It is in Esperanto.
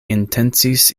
intencis